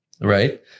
right